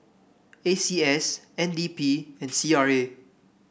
A C S N D P and C R A